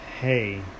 Hey